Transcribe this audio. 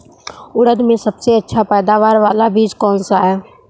उड़द में सबसे अच्छा पैदावार वाला बीज कौन सा है?